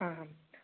ஆ